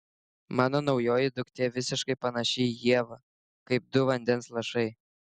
mano naujoji duktė visiškai panaši į ievą kaip du vandens lašai